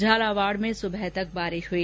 झालावाड़ मं सुबह तक बारिश हई